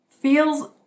feels